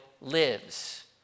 lives